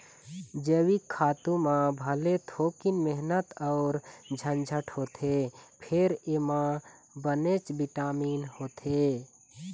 जइविक खातू म भले थोकिन मेहनत अउ झंझट होथे फेर एमा बनेच बिटामिन होथे